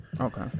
Okay